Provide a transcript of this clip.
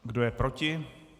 Kdo je proti?